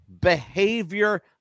behavior